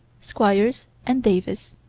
squires, and davis.